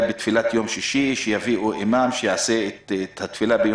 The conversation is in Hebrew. בתפילת יום שישי יביאו אימאם שיעשה את התפילה.